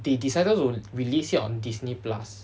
they decided to release it on disney plus